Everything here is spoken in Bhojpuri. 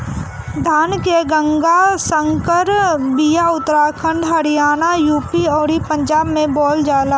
धान के गंगा संकर बिया उत्तराखंड हरियाणा, यू.पी अउरी पंजाब में बोअल जाला